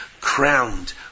crowned